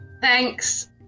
Thanks